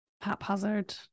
haphazard